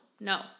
No